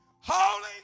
Holy